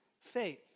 faith